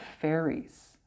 fairies